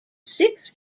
six